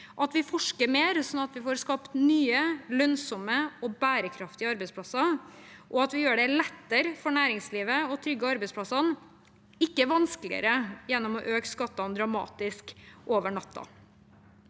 at vi forsker mer, sånn at vi får skapt nye, lønnsomme og bærekraftige arbeidsplasser, og at vi gjør det lettere for næringslivet å trygge arbeidsplassene, ikke vanskeligere, gjennom å øke skattene dramatisk over natten.